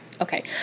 okay